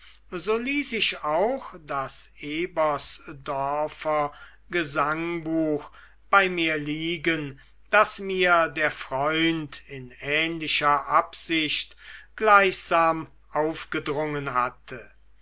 so ließ ich auch das ebersdorfer gesangbuch bei mir liegen das mir der freund in ähnlicher absicht gleichsam aufgedrungen hatte